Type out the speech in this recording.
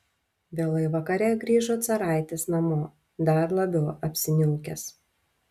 vėlai vakare grįžo caraitis namo dar labiau apsiniaukęs